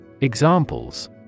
Examples